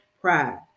pride